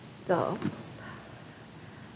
the